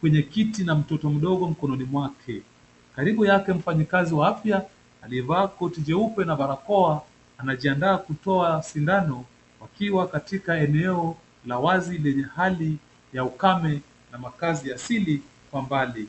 kwenye kiti na mtoto mdogo mkononi mwake. Karibu yake mfanyikazi wa afya aliyevaa koti jeupe na barakoa anajiandaa kutoa sindano wakiwa katika eneo la wazi lenye hali ya ukame na makazi asili kwa mbali.